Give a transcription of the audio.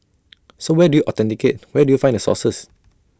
so where do you authenticate where do you find the sources